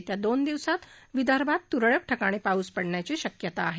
येत्या दोन दिवसात विदर्भात तुरळक ठिकाणी पाऊस पडण्याची शक्यता आहे